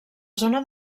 zona